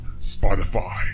Spotify